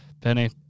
Penny